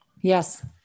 Yes